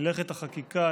מלאכת החקיקה,